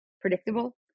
predictable